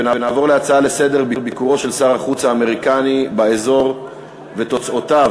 ביקורו של שר החוץ האמריקני באזור ותוצאותיו,